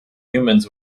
humans